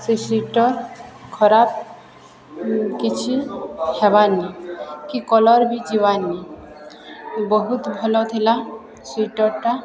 ସେ ସ୍ଵିଟର୍ ଖରାପ କିଛି ହେବାନି କି କଲର୍ ବି ଯିବାନି ବହୁତ ଭଲ ଥିଲା ସ୍ଵିଟର୍ଟା